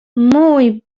mój